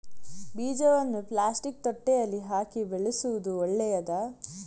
ಬೀಜವನ್ನು ಪ್ಲಾಸ್ಟಿಕ್ ತೊಟ್ಟೆಯಲ್ಲಿ ಹಾಕಿ ಬೆಳೆಸುವುದು ಒಳ್ಳೆಯದಾ?